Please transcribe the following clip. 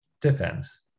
depends